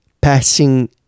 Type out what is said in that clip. passing